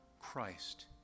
Christ